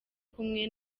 kumwe